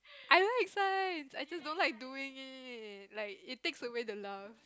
I like science I just don't like doing it like it takes away the love